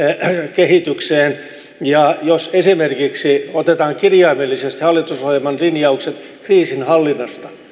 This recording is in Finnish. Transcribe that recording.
kehitykseen ja jos esimerkiksi otetaan kirjaimellisesti hallitusohjelman linjaukset kriisinhallinnasta